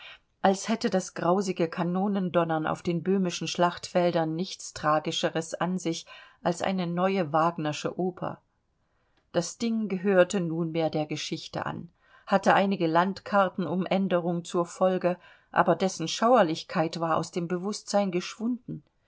als hätte das grausige kanonendonnern auf den böhmischen schlachtfeldern nichts tragischeres an sich als eine neue wagnersche oper das ding gehörte nunmehr der geschichte an hatte einige landkarten umänderungen zur folge aber dessen schauerlichkeit war aus dem bewußtsein geschwunden